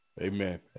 Amen